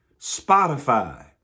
Spotify